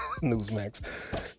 Newsmax